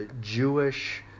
Jewish